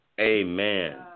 Amen